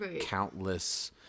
countless